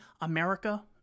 America